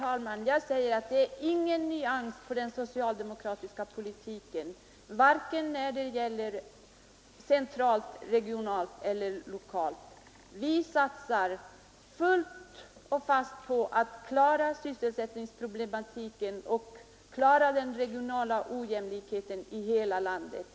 Herr talman! Det är ingen nyans när det gäller den socialdemokratiska politiken, vare sig centralt, regionalt eller lokalt. Vi satsar fullt ut på att lösa sysselsättningsproblematiken och avhjälpa den regionala ojämlikheten i hela landet.